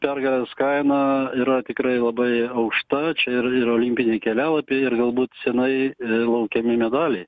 pergalės kaina yra tikrai labai aukšta čia ir ir olimpiniai kelialapiai ir galbūt senai laukiami medaliai